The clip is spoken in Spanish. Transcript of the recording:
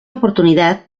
oportunidad